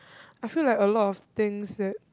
I feel like a lot of things that